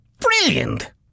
Brilliant